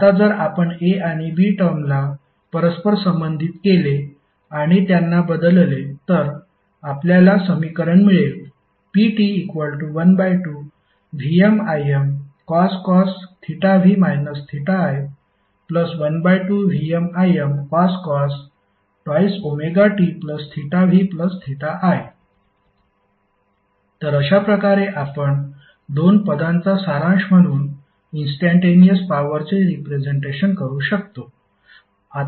आता जर आपण A आणि B टर्मला परस्पर संबंधित केले आणि त्यांना बदलले तर आपल्याला समीकरण मिळेल pt12VmImcos v i 12VmImcos 2ωtvi तर अशाप्रकारे आपण दोन पदांचा सारांश म्हणून इंस्टंटेनिअस पॉवरचे रिप्रेझेंटेशन करू शकतो